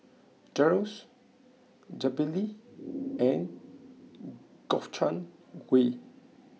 Gyros Jalebi and Gobchang Gui